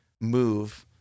move